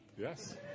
Yes